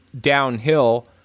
downhill